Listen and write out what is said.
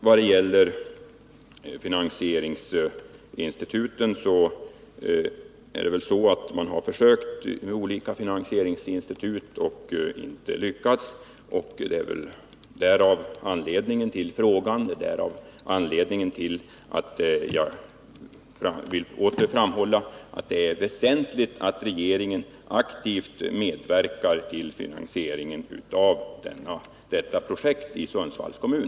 Beträffande finansieringsinstituten är det väl så, att man har försökt få krediter hos olika finansieringsinstitut och inte lyckats. Det är anledningen till frågan, och det är anledningen till att jag återigen vill framhålla att det är väsentligt att regeringen aktivt medverkar till finansieringen av detta projekt i Sundsvalls kommun.